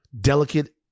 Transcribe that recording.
delicate